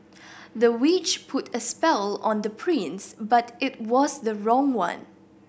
the witch put a spell on the prince but it was the wrong one